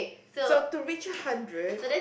so to reach a hundred